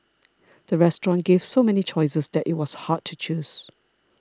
the restaurant gave so many choices that it was hard to choose